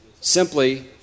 Simply